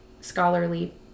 scholarly